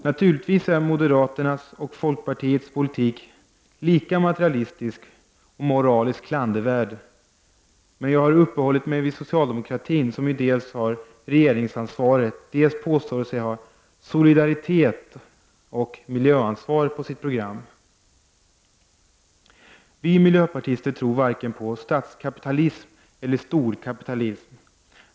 Naturligtvis är moderaternas och folkpartiets politik lika materialistisk och moraliskt klandervärd. Men jag har uppehållit mig vid socialdemokratin, som ju dels har regeringsansvaret, dels påstår sig ha solidaritet och miljöansvar på sitt program. Vi miljöpartister tror varken på statskapitalism eller storkapitalism.